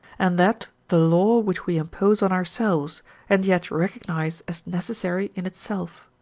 and that the law which we impose on ourselves and yet recognise as necessary in itself.